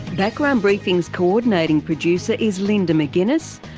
background briefing's coordinating producer is linda mcginness,